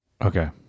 Okay